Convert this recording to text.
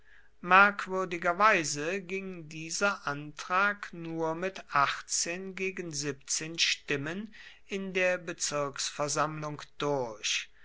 merkwürdigerweise ging dieser antrag nur mit achtzehn gegen siebzehn stimmen in der bezirksversammlung durch